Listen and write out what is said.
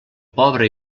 pobre